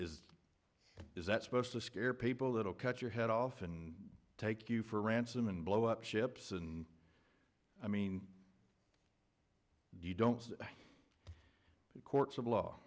is is that supposed to scare people that will cut your head off and take you for ransom and blow up ships and i mean you don't the courts of law